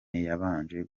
yabanje